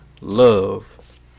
love